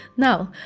now,